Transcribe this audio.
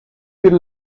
bir